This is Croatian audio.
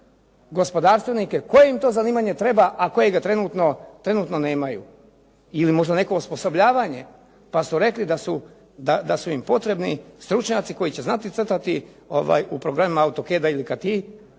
gospodarstvenike koje im to zanimanje treba, a kojega trenutno nemaju ili možda neko osposobljavanje, pa su rekli da su im potrebni stručnjaci koji će znati crtati u programima Autocada ili …